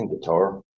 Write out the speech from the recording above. Guitar